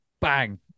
bang